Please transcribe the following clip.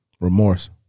Remorse